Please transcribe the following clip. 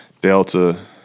Delta